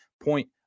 point